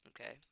Okay